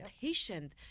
patient